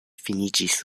finiĝis